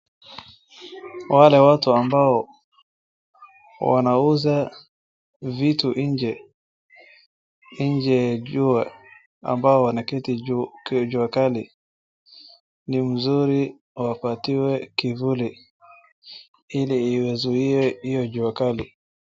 Wale watu ambao wanauza vitu nje, ambao wanaketi jua kali, ni mzuri wapatiwe kivuli, ili iwazuie hiyo jua kali.